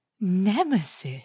nemesis